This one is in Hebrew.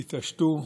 תתעשתו,